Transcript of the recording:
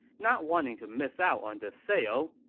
not wanting to miss out on the sale,